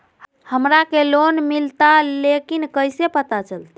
हमरा के लोन मिलता ले की न कैसे पता चलते?